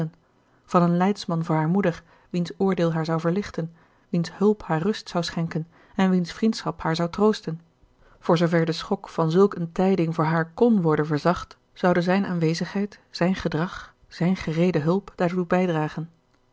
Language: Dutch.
van een leidsman voor hare moeder wiens oordeel haar zou voorlichten wiens hulp haar rust zou schenken en wiens vriendschap haar zou troosten voor zoover de schok van zulk een tijding voor haar kn worden verzacht zouden zijn aanwezigheid zijn gedrag zijn gereede hulp daartoe bijdragen